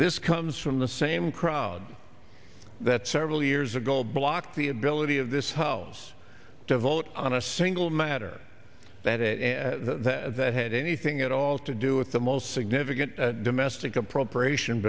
this comes from the same crowd that several years ago blocked the ability of this house to vote on a single matter that it had anything at all to do with the most significant domestic appropriation